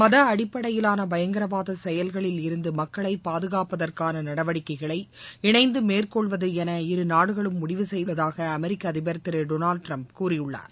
மத அடிப்படையிலான பயங்கரவாத செயல்களில் இருந்து மக்களை பாதுகாப்பதற்கான நடவடிக்கைகள் இணைந்து மேற்கொள்வது என இருநாடுகளும் முடிவு செய்துள்ளதாக அமெரிக்க அதிபர் திரு டொனால்டு டிரம்ப் கூறியுள்ளார்